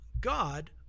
God